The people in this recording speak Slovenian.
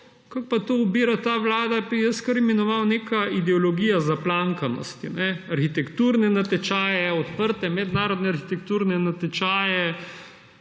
kakor to ubira ta vlada, bi jaz kar imenoval neka ideologija zaplankanosti. Arhitekturne natečaje, odprte mednarodne arhitekturne natečaje,